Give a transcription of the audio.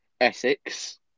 Essex